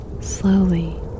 Slowly